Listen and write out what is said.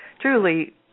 truly